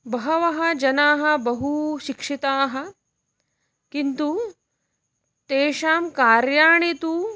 बहवः जनाः बहुशिक्षिताः किन्तु तेषां कार्याणि तु